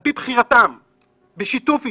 על פי בחירתם ובשיתוף איתם.